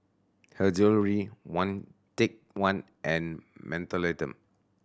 Her Jewellery One Take One and Mentholatum